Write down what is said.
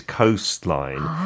coastline